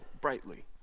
brightly